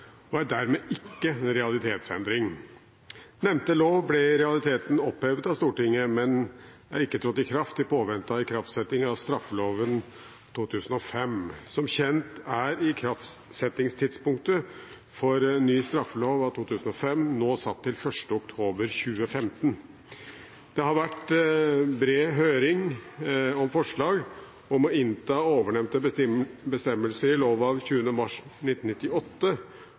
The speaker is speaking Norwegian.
og er dermed ikke en realitetsendring. Nevnte lov ble i realiteten opphevet av Stortinget, men er ikke trådt i kraft i påvente av ikraftsetting av straffeloven av 2005. Som kjent er ikraftsettingstidspunktet for ny straffelov av 2005 nå satt til 1. oktober 2015. Det har vært en bred høring om forslag om å innta ovennevnte bestemmelser i lov av 20. mars 1998